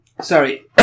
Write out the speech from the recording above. Sorry